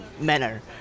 manner